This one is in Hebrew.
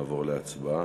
ונעבור להצבעה.